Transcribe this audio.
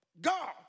God